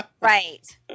right